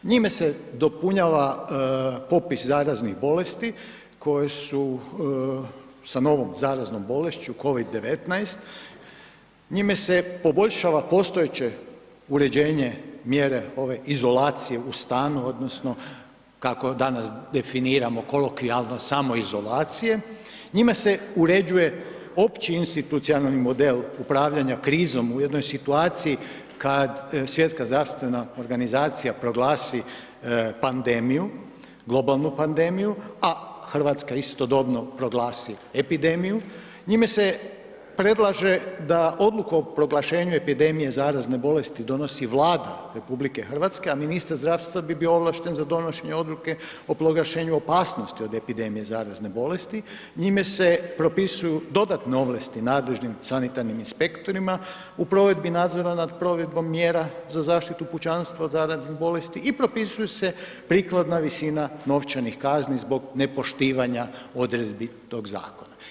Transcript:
Njime se dopunjava popis zaraznih bolesti koje su sa novom zaraznom bolešću COVID-19, njime se poboljšava postojeće uređenje mjere ove izolacije u stanu odnosno kako danas definiramo kolokvijalno samoizolacije, njime se uređuje opći institucionalni model upravljanja krizom u jednoj situaciji kad Svjetska zdravstvena organizacija proglasi pandemiju, globalnu pandemiju, a RH istodobno proglasi epidemiju, njime se predlaže da odlukom o proglašenju epidemije zarazne bolesti donosi Vlada RH, a ministar zdravstva bi bio ovlašten za donošenje odluke o proglašenju opasnosti od epidemije zarazne bolesti, njime se propisuju dodatne ovlasti nadležnim sanitarnim inspektorima u provedbi nadzora nad provedbom mjera za zaštitu pučanstva od zaraznih bolesti i propisuju se prikladna visina novčanih kazni zbog nepoštivanja odredbi tog zakona.